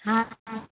हँ